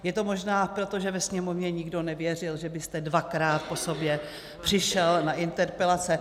Je to možná proto, že ve Sněmovně nikdo nevěřil, že byste dvakrát po sobě přišel na interpelace.